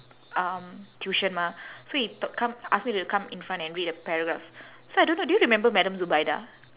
um tuition mah so he t~ come ask me to come in front and read a paragraph so I don't know do you remember madam zubaidah